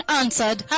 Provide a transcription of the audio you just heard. answered